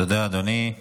תודה, אדוני.